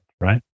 right